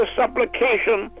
supplication